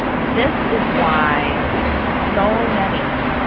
this is why so many,